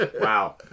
Wow